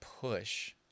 push